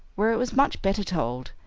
where it was much better told.